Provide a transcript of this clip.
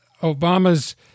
Obama's